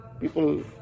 people